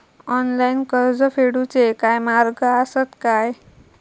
Online कर्ज फेडूचे काय मार्ग आसत काय?